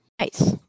nice